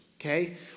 okay